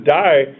die